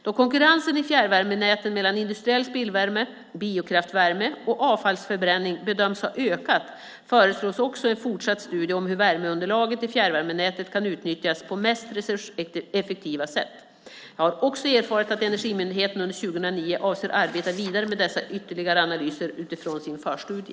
Då konkurrensen i fjärrvärmenäten mellan industriell spillvärme, biokraftvärme och avfallsförbränning bedöms ha ökat, föreslås också en fortsatt studie om hur värmeunderlaget i fjärrvärmenät kan utnyttjas på mest resurseffektiva sätt. Jag har också erfarit att Energimyndigheten under 2009 avser att arbeta vidare med dessa ytterligare analyser utifrån sin förstudie.